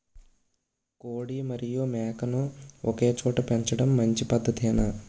కోడి మరియు మేక ను ఒకేచోట పెంచడం మంచి పద్ధతేనా?